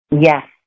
Yes